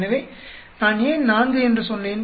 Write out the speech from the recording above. எனவே நான் ஏன் 4 என்று சொன்னேன்